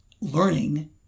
learning